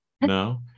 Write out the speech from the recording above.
No